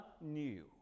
new